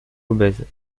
obèse